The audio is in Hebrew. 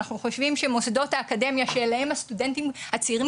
אנחנו חושבים שמוסדות האקדמיה שאליהם הסטודנטים הצעירים